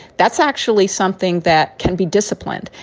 that's actually something that can be disciplined.